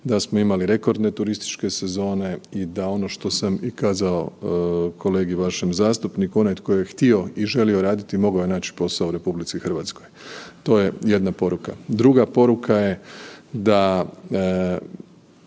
da smo imali rekordne turističke sezone i da ono što sam i kazao kolegi vašem zastupniku, onaj tko je htio i raditi mogao je naći posao u RH. To je jedna poruka. Druga poruka je da